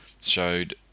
showed